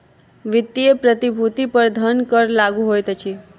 वित्तीय प्रतिभूति पर धन कर लागू होइत अछि